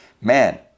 Man